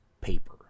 paper